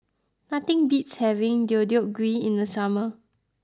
nothing beats having Deodeok Gui in the summer